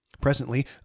Presently